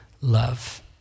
love